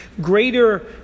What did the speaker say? greater